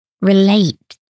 relate